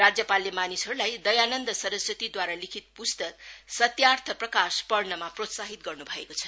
राज्यपालले मानिसहरूलाई दयानन्द सरस्वती लिखित पुस्तक सत्यार्थ प्रकाश पढ्नमा प्रोत्साहित गर्नु भएको छ